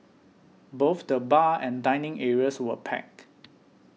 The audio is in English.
both the bar and dining areas were packed